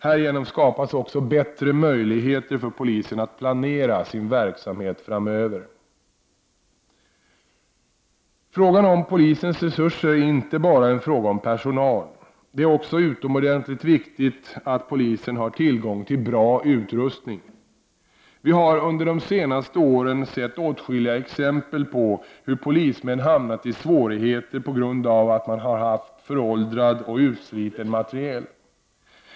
Härigenom skapas också bättre möjligheter för polisen att planera sin verksamhet framöver. Frågan om polisens resurser är inte bara en fråga om personal. Det är också utomordentligt viktigt att polisen har tillgång till bra utrustning. Vi har under de senaste åren sett åtskilliga exempel på hur polismän hamnat i svårigheter på grund av att man haft föråldrad och utsliten materiel.